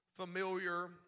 familiar